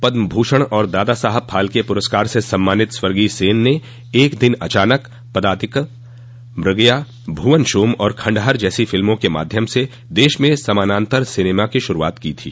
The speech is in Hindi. पद्मभूषण और दादासाहेब फाल्के पुरस्कार से सम्मानित स्वर्गीय सेन ने एक दिन अचानक पदातिक मृगया भुवन शोम और खंडहर जैसी फिल्मों के माध्यम से देश में समानान्तर सिनेमा की शुरूआत की थी